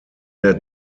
der